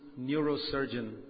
neurosurgeon